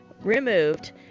removed